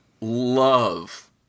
love